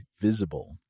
Visible